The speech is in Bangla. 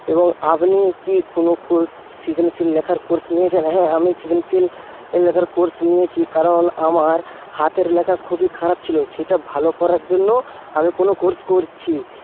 এবং আপনি কি কোনো কোর্স সৃজনশীল লেখার কোর্স নিয়েছেন হ্যাঁ আমি সৃজনশীল লেখার কোর্স নিয়েছি কারণ আমার হাতের লেখা খুবই খারাপ ছিল সেটা ভালো করার জন্য আমি কোনো কোর্স করছি